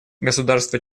государства